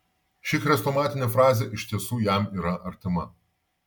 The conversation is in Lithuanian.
ši chrestomatinė frazė iš tiesų jam yra artima